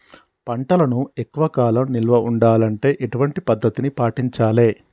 పంటలను ఎక్కువ కాలం నిల్వ ఉండాలంటే ఎటువంటి పద్ధతిని పాటించాలే?